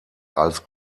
als